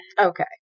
okay